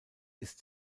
ist